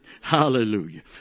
Hallelujah